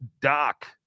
doc